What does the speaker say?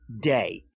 day